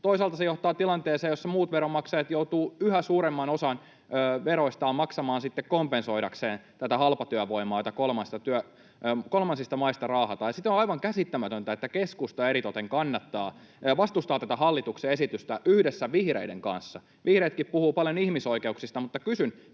Toisaalta se johtaa tilanteeseen, jossa muut veronmaksajat joutuvat yhä suuremman osan veroistaan maksamaan sitten kompensoidakseen tätä halpatyövoimaa, jota kolmansista maista raahataan. Sitten on aivan käsittämätöntä, että keskusta eritoten vastustaa tätä hallituksen esitystä yhdessä vihreiden kanssa. Vihreätkin puhuu paljon ihmisoikeuksista, mutta kysyn: